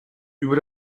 über